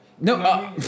No